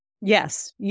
yes